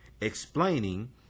explaining